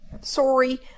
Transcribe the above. sorry